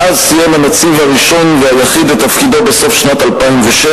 מאז סיים הנציב הראשון והיחיד את תפקידו בסוף שנת 2006,